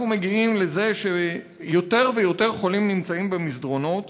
אנחנו מגיעים לזה שיותר ויותר חולים נמצאים במסדרונות.